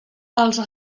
els